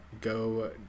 go